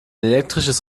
elektrisches